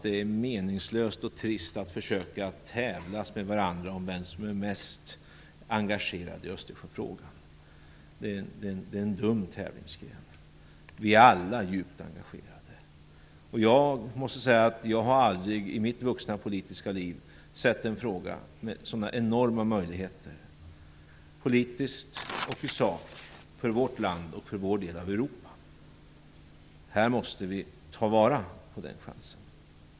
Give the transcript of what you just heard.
Det är meningslöst och trist att försöka tävla med varandra om vem som är mest engagerad i Östersjöfrågan. Det är en dum tävlingsgren. Vi är alla djupt engagerade. Jag måste säga att jag aldrig i mitt vuxna politiska liv sett en fråga med sådana enorma möjligheter - politiskt och i sak - för vårt land och för vår del av Europa. Vi måste ta vara på den chansen.